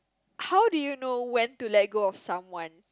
how do you know when to let go of someone